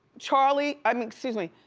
charlie, i mean, excuse me,